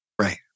Right